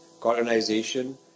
colonization